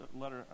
letter